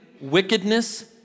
wickedness